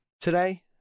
today